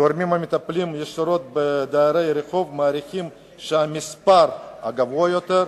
הגורמים המטפלים ישירות בדיירי רחוב מעריכים שהמספר גבוה יותר,